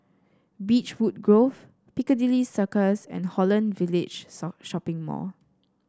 Beechwood Grove Piccadilly Circus and Holland Village Shopping Mall